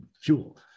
fuel